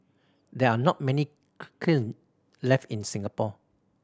there are not many kiln left in Singapore